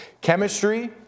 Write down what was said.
Chemistry